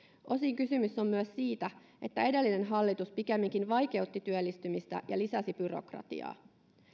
osin kysymys on myös siitä että edellinen hallitus pikemminkin vaikeutti työllistymistä ja lisäsi byrokratiaa